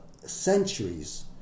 centuries